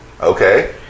Okay